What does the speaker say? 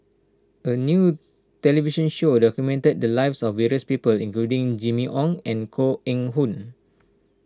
a new television show documented the lives of various people including Jimmy Ong and Koh Eng Hoon